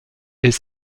est